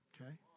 Okay